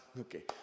Okay